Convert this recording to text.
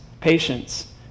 patience